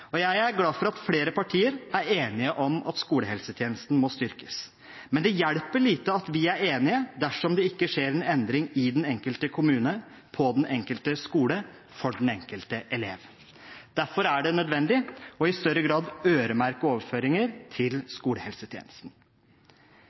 og jeg er glad for at flere partier er enige om at skolehelsetjenesten må styrkes, men det hjelper lite at vi er enige dersom det ikke skjer en endring i den enkelte kommune, på den enkelte skole for den enkelte elev. Derfor er det nødvendig i større grad å øremerke overføringer til